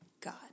God